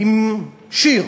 עם שיר,